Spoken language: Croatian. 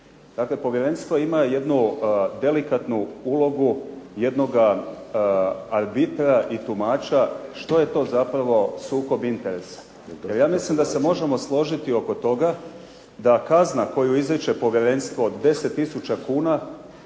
Dakle, povjerenstvo ima jednu delikatnu ulogu jednoga arbitra i tumača što je to zapravo sukob interesa. Jer ja mislim da se možemo složiti oko toga da kazna koju izriče povjerenstvo od 10 tisuća